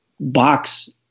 box